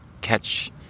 catch